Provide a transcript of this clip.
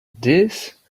this